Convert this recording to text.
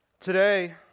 Today